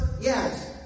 Yes